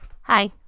Hi